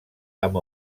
amb